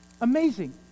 Amazing